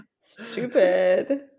Stupid